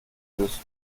bist